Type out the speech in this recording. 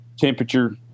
temperature